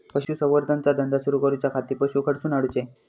पशुसंवर्धन चा धंदा सुरू करूच्या खाती पशू खईसून हाडूचे?